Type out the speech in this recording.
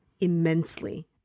immensely